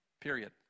Period